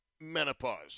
menopause